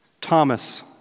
Thomas